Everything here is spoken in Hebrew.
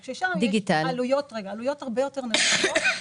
-- רק ששם העלויות הרבה יותר נמוכות.